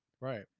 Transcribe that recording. Right